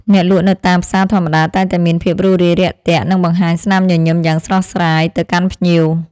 អ្នកលក់នៅតាមផ្សារធម្មតាតែងតែមានភាពរួសរាយរាក់ទាក់និងបង្ហាញស្នាមញញឹមយ៉ាងស្រស់ស្រាយទៅកាន់ភ្ញៀវ។